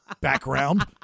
background